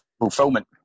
fulfillment